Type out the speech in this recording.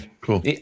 cool